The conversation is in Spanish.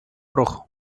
rojo